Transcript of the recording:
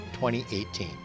2018